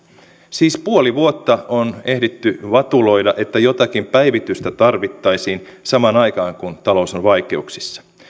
siis puoli vuotta on ehditty vatuloida että jotakin päivitystä tarvittaisiin samaan aikaan kun talous on vaikeuksissa